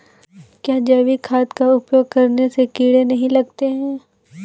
क्या जैविक खाद का उपयोग करने से कीड़े नहीं लगते हैं?